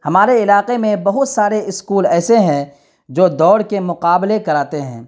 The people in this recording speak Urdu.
ہمارے علاقے میں بہت سارے اسکول ایسے ہیں جو دوڑ کے مقابلے کراتے ہیں